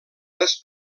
les